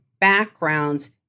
backgrounds